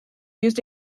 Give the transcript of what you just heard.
used